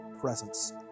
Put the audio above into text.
presence